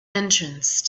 entrance